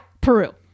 Peru